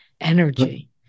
energy